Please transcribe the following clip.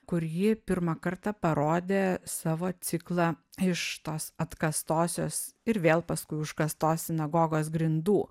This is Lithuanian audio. kur ji pirmą kartą parodė savo ciklą iš tos atkastosios ir vėl paskui užkastos sinagogos grindų